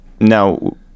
Now